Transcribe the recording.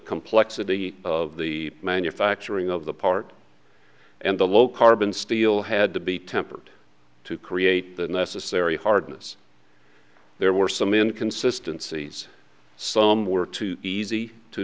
complexity of the manufacturing of the part and the low carbon steel had to be tempered to create the necessary hardness there were some inconsistency some were too easy to